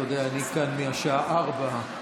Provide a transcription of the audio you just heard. אתה יודע, אני כאן מהשעה 16:00,